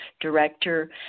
director